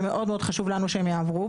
ומאוד מאוד חשוב לנו שהם יעברו.